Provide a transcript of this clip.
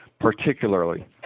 particularly